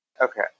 Okay